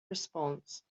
response